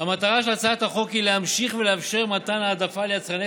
המטרה של הצעת החוק היא להמשיך ולאפשר מתן העדפה ליצרני